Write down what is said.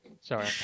Sorry